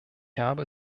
habe